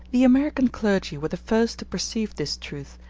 the american clergy were the first to perceive this truth,